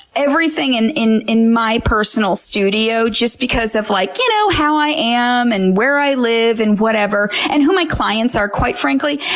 everything and in in my personal studio, just because of like you know how i am, and where i live, and and who my clients are, quite frankly,